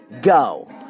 go